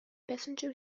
passenger